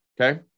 Okay